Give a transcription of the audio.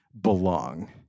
belong